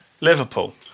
Liverpool